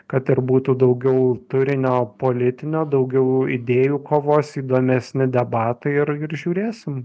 kad ir būtų daugiau turinio politinio daugiau idėjų kovos įdomesni debatai ir ir žiūrėsim